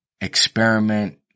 Experiment